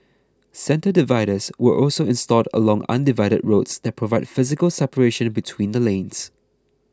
centre dividers were also installed along undivided roads that provide physical separation between the lanes